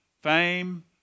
Fame